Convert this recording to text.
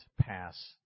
pass